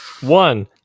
one